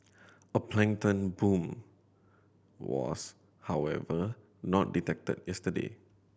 a plankton bloom was however not detected yesterday